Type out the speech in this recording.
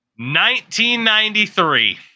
1993